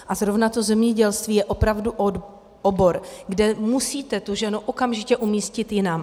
A zrovna zemědělství je opravdu obor, kde musíte tu ženu okamžitě umístit jinam.